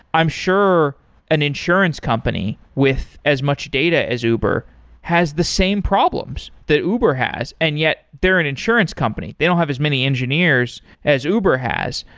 i'm sure an insurance company with as much data as uber has the same problems that uber has, and yet they're an insurance company. they don't have as many engineers as uber has.